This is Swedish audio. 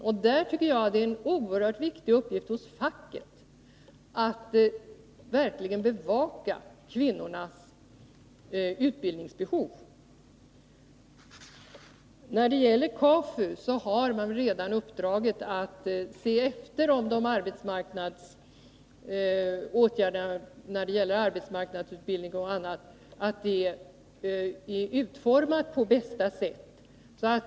Jag tycker också att det är en oerhört viktig uppgift för facket att verkligen bevaka att kvinnornas utbildningsbehov tillgodoses. KAFU har redan uppdraget att se till att arbetsmarknadsutbildning och annat sådant utformas på bästa sätt.